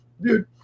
dude